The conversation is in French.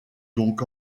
donc